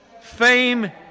Fame